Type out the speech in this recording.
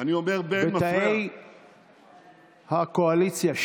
בתאי הקואליציה.